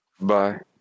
Bye